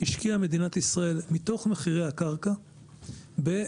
השקיע מדינת ישראל מתוך מחירי הקרקע בתוכניות